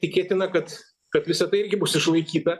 tikėtina kad kad visa tai irgi bus išlaikyta